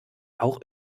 auch